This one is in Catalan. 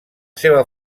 seva